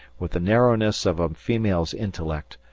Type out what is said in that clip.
with the narrowness of a female's intellect,